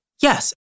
Yes